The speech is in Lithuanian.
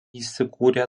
įsikūrė